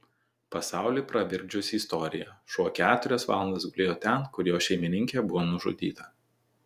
pasaulį pravirkdžiusi istorija šuo keturias valandas gulėjo ten kur jo šeimininkė buvo nužudyta